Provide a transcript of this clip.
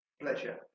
Pleasure